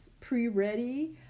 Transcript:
pre-ready